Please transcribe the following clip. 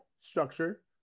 Structure